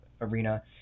arena